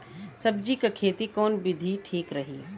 सब्जी क खेती कऊन विधि ठीक रही?